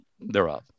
thereof